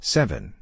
Seven